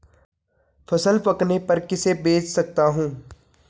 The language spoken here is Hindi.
फसल पकने पर किसे बेच सकता हूँ?